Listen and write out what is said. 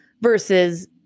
Versus